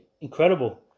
Incredible